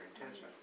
intention